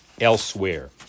elsewhere